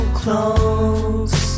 close